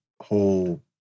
whole